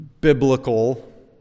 biblical